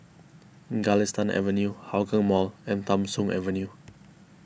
Galistan Avenue Hougang Mall and Tham Soong Avenue